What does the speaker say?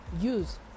use